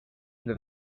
into